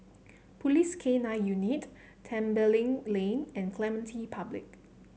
Police K Nine Unit Tembeling Lane and Clementi Public